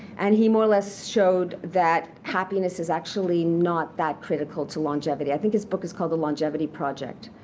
and he more or less showed that happiness is actually not that critical to longevity. i think his book is called the longevity project.